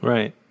Right